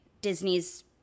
Disney's